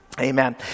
Amen